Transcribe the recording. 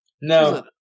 No